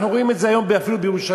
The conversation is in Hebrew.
אנחנו רואים את זה היום אפילו בירושלים,